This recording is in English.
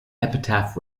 epitaph